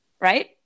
right